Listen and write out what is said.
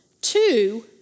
two